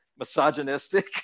misogynistic